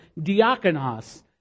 diakonos